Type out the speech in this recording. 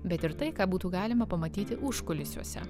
bet ir tai ką būtų galima pamatyti užkulisiuose